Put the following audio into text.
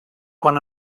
quan